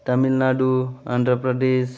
Tamil Nadu Andhra Pradesh